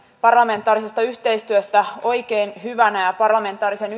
parlamentaarisesta yhteistyöstä oikein hyvänä ja parlamentaarisen